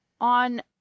on